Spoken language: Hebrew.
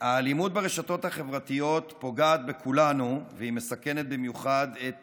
האלימות ברשתות החברתיות פוגעת בכולנו והיא מסכנת במיוחד את